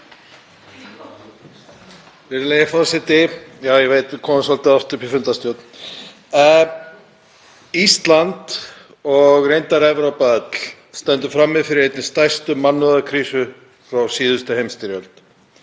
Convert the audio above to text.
Ísland og reyndar Evrópa öll stendur frammi fyrir einni stærstu mannúðarkrísu frá síðustu heimsstyrjöld.